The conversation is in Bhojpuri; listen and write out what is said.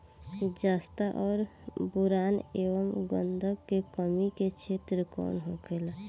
जस्ता और बोरान एंव गंधक के कमी के क्षेत्र कौन होखेला?